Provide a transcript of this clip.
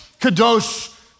kadosh